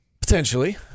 Potentially